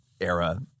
era